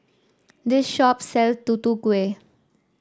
this shop sell Tutu Kueh